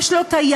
ויש לו טייס.